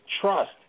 trust